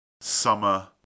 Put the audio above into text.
summer